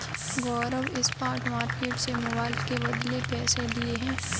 गौरव spot market से mobile के बदले पैसे लिए हैं